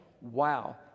wow